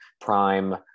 prime